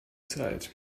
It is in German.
zeit